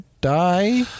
die